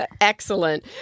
Excellent